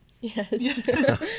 Yes